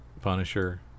Punisher